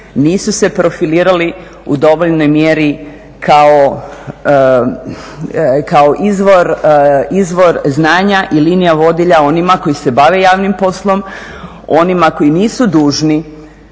nisu se profilirali u dovoljnoj mjeri kao izvor znanja i linija vodilja onima koji se bave javnim poslom, onima koji nisu dužni